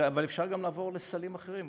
אבל אפשר גם לעבור לסלים אחרים,